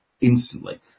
instantly